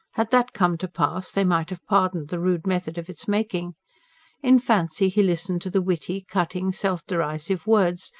had that come to pass, they might have pardoned the rude method of its making in fancy he listened to the witty, cutting, self-derisive words,